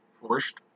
forced